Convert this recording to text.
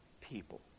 people